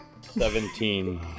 Seventeen